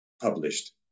published